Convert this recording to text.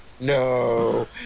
No